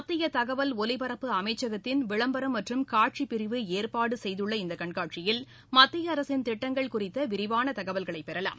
மத்திய தகவல் ஒலிபரப்பு அமைச்சகத்தின் விளம்பரம் மற்றும் காட்சிப் பிரிவு ஏற்பாடு செய்துள்ள இந்த கண்காட்சியில் மத்திய அரசின் திட்டங்கள் குறித்த விரிவான தகவல்களைப் பெறவாம்